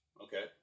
Okay